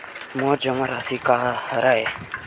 मोर जमा राशि का हरय?